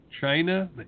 China